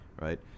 Right